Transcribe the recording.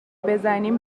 بزنیم